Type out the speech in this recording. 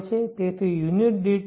તેથી યુનિટ દીઠ ખર્ચ